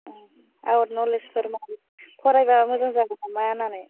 औ आउट नलेजफोर फरायोबा मोजां जागौमोन नामा होननानै